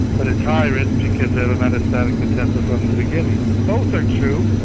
but it's high risk because they have a metastatic potential from the beginning. both are true.